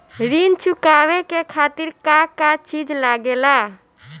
ऋण चुकावे के खातिर का का चिज लागेला?